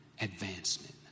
advancement